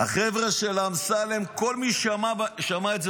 "החבר'ה של אמסלם" כל מי ששמע את זה